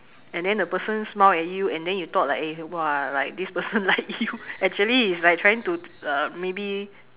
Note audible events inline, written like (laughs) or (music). and then the person smile at you and then you thought like eh !wah! like this person like you (laughs) actually he's like trying to uh maybe